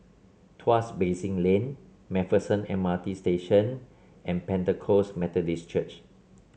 Tuas Basin Lane MacPherson M R T Station and Pentecost Methodist Church